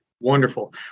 Wonderful